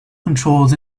controls